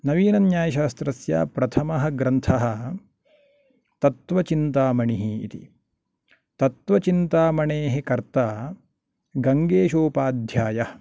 नवीनन्यायशास्त्रस्य प्रथमः ग्रन्थः तत्त्वचिन्तामणिः इति तत्त्वचिन्तामणेः कर्ता गङ्गेषोपाध्यायः